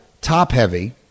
top-heavy